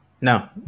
No